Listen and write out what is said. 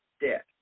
death